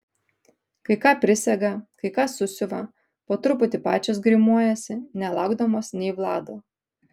kai ką prisega kai ką susiuva po truputį pačios grimuojasi nelaukdamos nei vlado